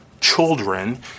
children